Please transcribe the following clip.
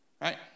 right